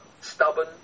stubborn